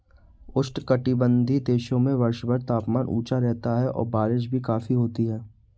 उष्णकटिबंधीय देशों में वर्षभर तापमान ऊंचा रहता है और बारिश भी काफी होती है